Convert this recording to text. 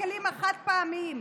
הכלים החד-פעמיים,